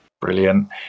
Brilliant